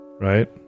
right